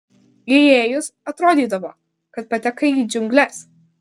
įėjus atrodydavo kad patekai į džiungles